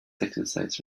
exercise